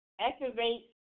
Activate